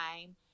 time